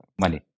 money